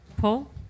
Paul